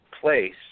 place